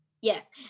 yes